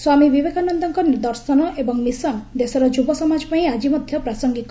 ସ୍ୱାମୀ ବିବେକାନନ୍ଦଙ୍କ ଦର୍ଶନ ଏବଂ ମିଶନ୍ ଦେଶର ଯୁବସମାଜପାଇଁ ଆଜି ମଧ୍ୟ ପ୍ରାସଙ୍ଗିକ